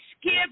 skip